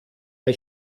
dai